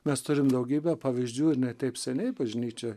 mes turim daugybę pavyzdžių ir ne taip seniai bažnyčia